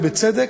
ובצדק,